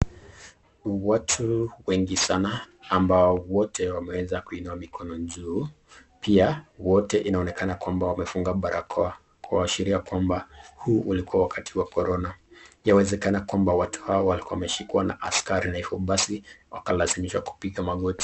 Watu wengi sana ambao wote wamweza kuinua mikono juu pia wote inaonekana kwamba wamefunga barakoa kuashiria kwamba huu ulikuwa wakati wa corona. Yawezekana kwamba watu hawa wameshikwa na askari na hivo basi wakalasimishwa kupiga magoti.